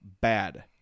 bad